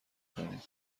کنیم